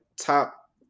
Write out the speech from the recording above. top